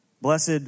Blessed